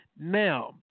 Now